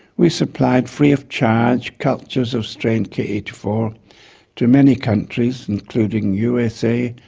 we supplied free of charge cultures of strain k eight four to many countries including usa,